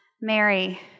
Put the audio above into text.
Mary